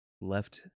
left